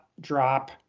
drop